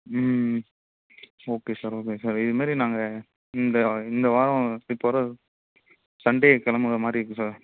ம் okay sir okay sir இதுமாரி நாங்கள் இந்த வா இந்த வாரம் இப்படி போகிற சண்டே கிளம்புற மாதிரி இருக்கும் சார்